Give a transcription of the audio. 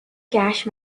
cash